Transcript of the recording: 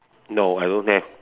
no I don't have